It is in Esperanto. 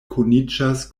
kuniĝas